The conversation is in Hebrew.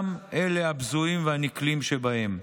גם אלה הבזויים והנקלים שבהם,